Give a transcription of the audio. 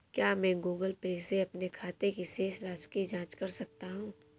क्या मैं Google Pay से अपने खाते की शेष राशि की जाँच कर सकता हूँ?